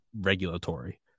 regulatory